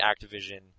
Activision